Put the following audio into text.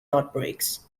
outbreaks